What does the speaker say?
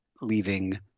leaving